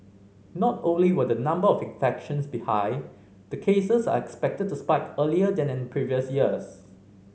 not only will the number of infections be high the cases are expected to spike earlier than in previous years